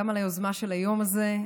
גם על היוזמה של היום הזה.